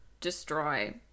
destroy